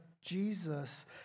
Jesus